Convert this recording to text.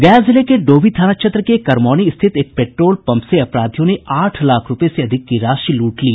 गया जिले के डोभी थाना क्षेत्र के करमौनी स्थित एक पेट्रोल पम्प से अपराधियों ने आठ लाख रूपये से अधिक की राशि लूट ली